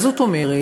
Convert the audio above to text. מה זאת אומרת?